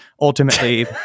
ultimately